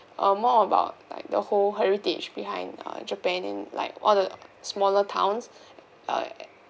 err more about like the whole heritage behind uh japan in like all the smaller towns uh